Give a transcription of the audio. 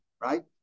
right